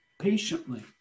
patiently